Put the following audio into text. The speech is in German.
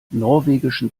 norwegischen